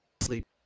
Sleep